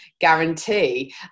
Guarantee